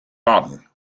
baden